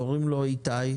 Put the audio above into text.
קוראים לו איתי.